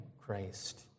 Christ